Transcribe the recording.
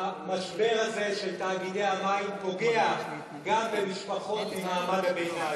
המשבר הזה של תאגידי המים פוגע גם במשפחות ממעמד הביניים,